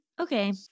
Okay